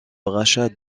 rachat